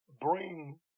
bring